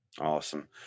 Awesome